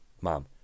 Mom